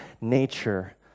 nature